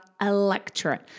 electorate